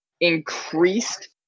increased